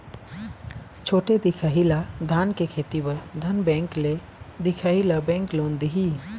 छोटे दिखाही ला धान के खेती बर धन बैंक ले दिखाही ला बैंक लोन दिही?